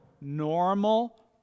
normal